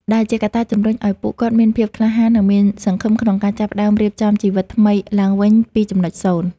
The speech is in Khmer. ដែលជាកត្តាជំរុញឱ្យពួកគាត់មានភាពក្លាហាន និងមានសង្ឃឹមក្នុងការចាប់ផ្ដើមរៀបចំជីវិតថ្មីឡើងវិញពីចំណុចសូន្យ។